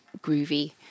groovy